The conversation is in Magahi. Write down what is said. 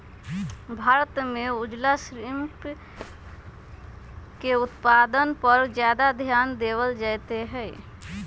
भारत में उजला श्रिम्फ के उत्पादन पर ज्यादा ध्यान देवल जयते हई